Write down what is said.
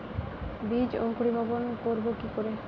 বীজের অঙ্কুরিভবন করব কি করে?